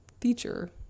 feature